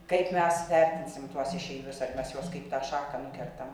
kaip mes vertinsim tuos išeivius ar mes juos kaip tą šaką nukertam